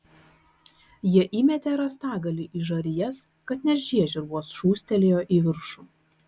jie įmetė rąstagalį į žarijas kad net žiežirbos šūstelėjo į viršų